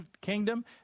kingdom